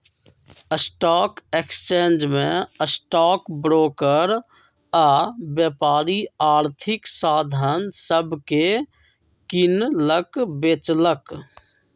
stock exchange में stock broker आऽ व्यापारी आर्थिक साधन सभके किनलक बेचलक